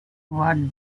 what